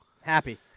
Happy